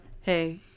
hey